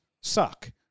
suck